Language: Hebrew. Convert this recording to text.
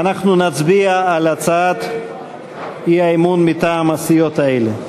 ואנחנו נצביע על הצעת האי-אמון מטעם הסיעות האלה.